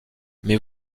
mais